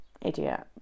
idiot